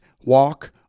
walk